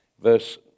verse